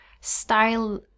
style